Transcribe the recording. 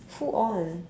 full on